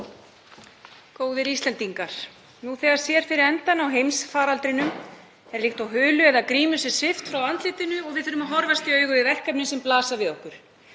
Góðir Íslendingar. Nú þegar sér fyrir endann á heimsfaraldrinum, er líkt og hulu eða grímu sé svipt frá andlitinu og við þurfum að horfast í augu við verkefnin sem blasa við okkur.